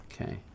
Okay